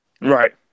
Right